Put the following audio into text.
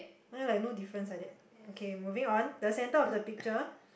mine like no difference like that okay moving on the centre of the picture